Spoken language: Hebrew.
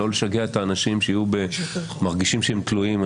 לא לשגע את האנשים שיהיו במרגישים שהם תלויים,